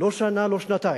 לא שנה, לא שנתיים,